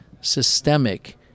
systemic